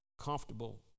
comfortable